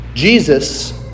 Jesus